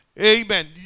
Amen